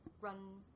run